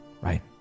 right